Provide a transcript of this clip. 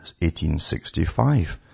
1865